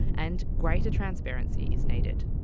and greater transparency is needed.